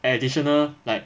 additional like